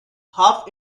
half